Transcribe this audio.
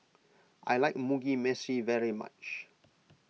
I like Mugi Meshi very much